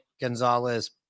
gonzalez